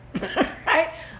right